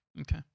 Okay